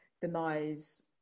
denies